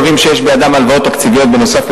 לווים שיש בידם הלוואות תקציביות נוסף על